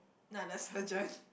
not the surgeon